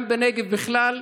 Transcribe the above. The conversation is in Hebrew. גם בנגב בכלל,